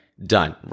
Done